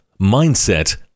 mindset